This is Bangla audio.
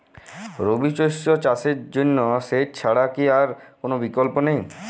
রবি শস্য চাষের জন্য সেচ ছাড়া কি আর কোন বিকল্প নেই?